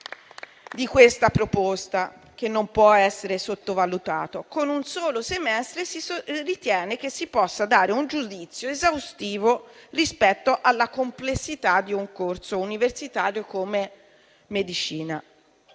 di questa proposta che non può essere sottovalutato: con un solo semestre si ritiene che si possa dare un giudizio esaustivo rispetto alla complessità di un corso universitario come medicina.